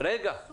עם